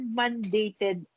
mandated